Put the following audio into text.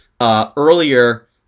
earlier